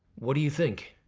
what do you think?